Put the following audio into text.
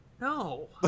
No